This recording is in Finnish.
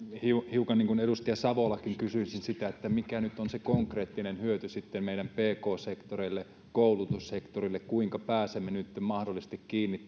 hiukan niin kuin edustaja savolakin kysyisin mikä nyt on se konkreettinen hyöty sitten meidän pk sektorille ja koulutussektorille kuinka pääsemme nytten mahdollisesti kiinni